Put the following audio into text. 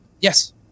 Yes